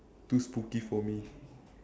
too spooky for me